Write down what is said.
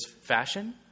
fashion